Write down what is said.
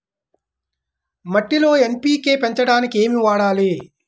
మట్టిలో ఎన్.పీ.కే పెంచడానికి ఏమి వాడాలి?